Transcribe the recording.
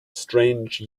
strange